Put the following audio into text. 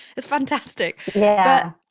it's fantastic yeah,